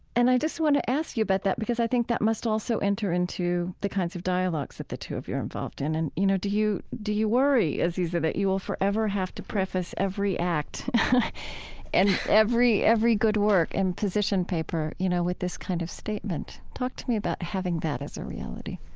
and i just want to ask you about that because i think that must also enter into the kinds of dialogues that the two of you involved. and you know, do you do you worry, aziza, that you will forever have to preface every act and every every good work and position paper, you know, with this kind of statement? talk to me about having that as a reality